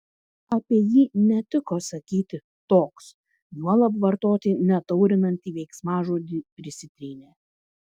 apie jį netiko sakyti toks juolab vartoti netaurinantį veiksmažodį prisitrynė